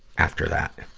after that.